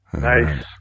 Nice